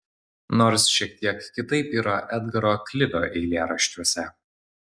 nors šiek tiek kitaip yra edgaro klivio eilėraščiuose